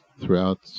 throughout